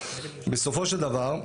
בסופו של דבר,